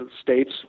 states